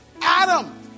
Adam